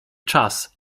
czas